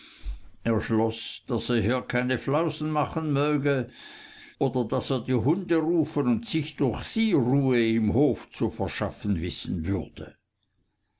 er schloß daß er hier keine flausen machen möchte oder daß er die hunde rufen und sich durch sie ruhe im hofe zu verschaffen wissen würde